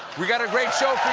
we've got a great show